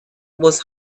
was